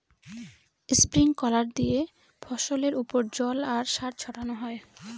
sprinkler দিয়ে ফসলের ওপর জল আর সার ছড়ানো হয়